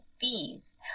fees